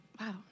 Wow